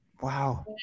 Wow